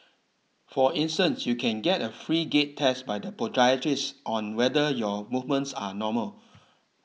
for instance you can get a free gait test by the podiatrists on whether your movements are normal